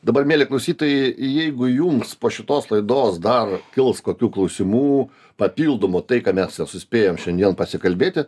dabar mieli klausytojai jeigu jums po šitos laidos dar kils kokių klausimų papildomų tai ką mes suspėjom šiandien pasikalbėti